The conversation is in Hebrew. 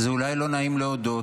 זה אולי לא נעים להודות,